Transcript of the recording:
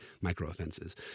Micro-offenses